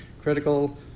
critical